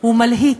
הוא מלהיט,